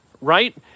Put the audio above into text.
right